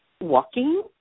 walking